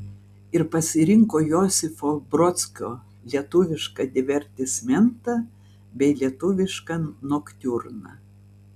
ir pasirinko josifo brodskio lietuvišką divertismentą bei lietuvišką noktiurną